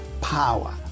power